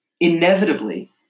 inevitably